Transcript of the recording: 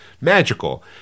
magical